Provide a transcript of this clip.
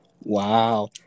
Wow